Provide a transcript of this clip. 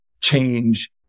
change